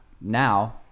now